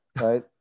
right